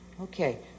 Okay